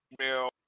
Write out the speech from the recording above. email